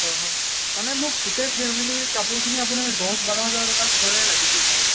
হয় হয় মানে মোক গোটেই ফেমিলিৰ কাপোৰখিনি আপোনাৰ দহ বাৰ হাজাৰ টকাৰ ভিতৰতে লাগিছিল মানে